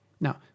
Now